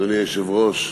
אדוני היושב-ראש,